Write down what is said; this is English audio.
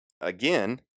Again